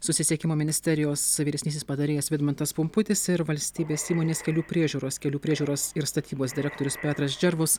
susisiekimo ministerijos vyresnysis patarėjas vidmantas pumputis ir valstybės įmonės kelių priežiūros kelių priežiūros ir statybos direktorius petras džervus